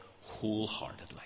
wholeheartedly